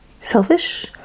selfish